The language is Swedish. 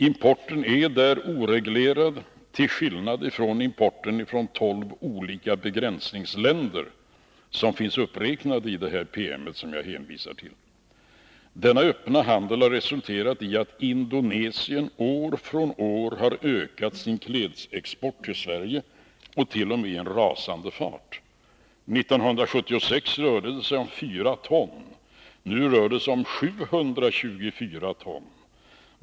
Importen är där oreglerad, till skillnad från importen från tolv olika begränsningsländer, som finns uppräknade i den PM som jag hänvisar till. Denna öppna handel har resulterat i att Indonesien år från år har ökat sin klädesexport till Sverige — t.o.m. i en rasande fart. 1976 rörde det sig om 4 ton. Nu rör det sig om 724 ton.